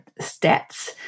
stats